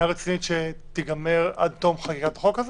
בחינה רצינית שתיגמר עד תום חקיקת החוק הזה?